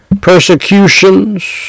persecutions